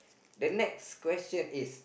the next question is